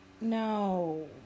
no